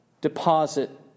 deposit